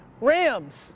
rams